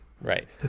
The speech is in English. right